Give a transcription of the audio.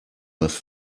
must